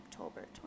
October